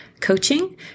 coaching